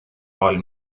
حال